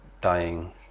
dying